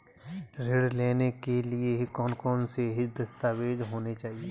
ऋण लेने के लिए कौन कौन से दस्तावेज होने चाहिए?